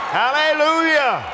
hallelujah